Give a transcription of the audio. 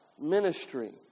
ministry